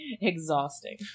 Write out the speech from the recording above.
Exhausting